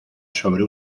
sobre